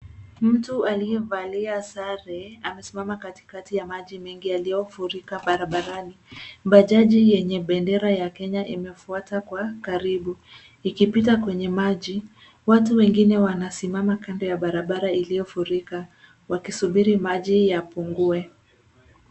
Mtu aliyevalia sare amesimama katikati ya maji mengi yaliyofurika barabarani. Bajaji yenye bendera ya Kenya imefuata kwa karibu ikipita kwenye maji. Watu wengine wanasimama kando ya barabara iliyofurika wakisubiri maji yapungue.